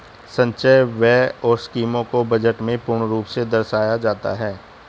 संचय व्यय और स्कीमों को बजट में पूर्ण रूप से दर्शाया जाता है